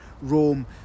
Rome